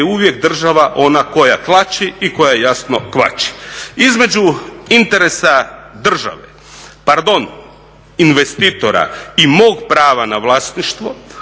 uvijek država ona koja tlači i koja jasno kvači. Između interesa države, pardon, investitora i mog prava na vlasništvo